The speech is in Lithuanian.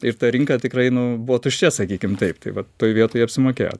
ir ta rinka tikrai nu buvo tuščia sakykim taip tai vat toj vietoj apsimokėjo